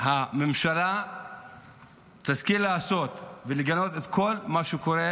שהממשלה תשכיל לעשות ולגנות את כל מה שקורה,